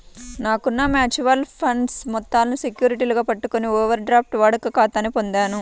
నాకున్న mutual funds మొత్తాలను సెక్యూరిటీలుగా పెట్టుకొని ఓవర్ డ్రాఫ్ట్ వాడుక ఖాతాని పొందాను